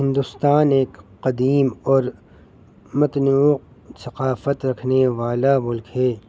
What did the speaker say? ہندوستان ایک قدیم اور متنوع ثقافت رکھنے والا ملک ہے